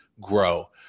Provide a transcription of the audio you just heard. grow